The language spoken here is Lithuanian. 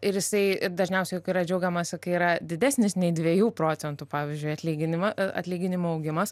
ir jisai ir dažniausiai juk yra džiaugiamasi kai yra didesnis nei dviejų procentų pavyzdžiui atlyginimą atlyginimų augimas